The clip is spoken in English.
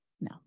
no